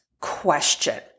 question